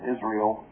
Israel